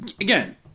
again